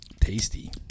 tasty